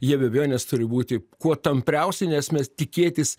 jie be abejonės turi būti kuo tampriausi nes mes tikėtis